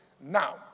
Now